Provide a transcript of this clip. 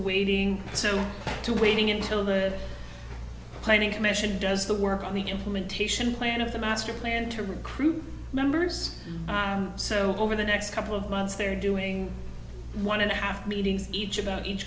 waiting so to waiting until the planning commission does the work on the implementation plan of the master plan to recruit members so over the next couple of months they're doing one and a half meetings each about each